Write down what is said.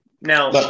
Now